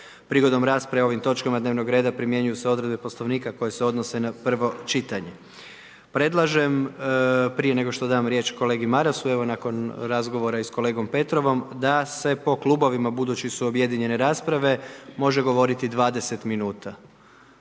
Prigodom rasprave o ovim točkama dnevnog reda, primjenjuj se odredbe Poslovnika koji se odnose na prvo čitanje. Predlažem, prije nego što dajem riječ Kolegi Marasu, nakon razgovora i sa kolegom Petrovom, da se po klubovima, buduće da su objedinjene rasprave može govoriti 20 min.